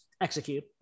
execute